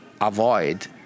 avoid